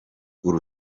uru